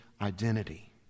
identity